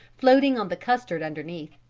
floating on the custard underneath.